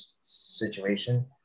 situation